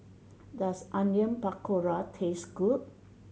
does Onion Pakora taste good